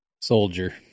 Soldier